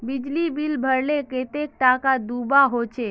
बिजली बिल भरले कतेक टाका दूबा होचे?